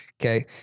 Okay